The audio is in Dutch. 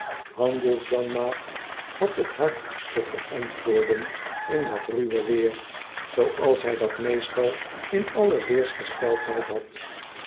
werpen handels janmaat had t hard te verantwoorden in dat ruwe weer zooals hij dat meestal in alle weersgesteldheid had